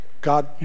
God